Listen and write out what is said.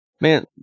man